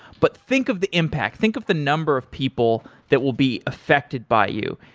but think of the impact. think of the number of people that will be affected by you.